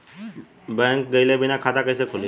Bank गइले बिना खाता कईसे खुली?